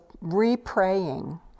re-praying